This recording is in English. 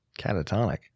catatonic